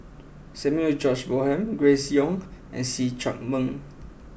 Samuel George Bonham Grace Young and See Chak Mun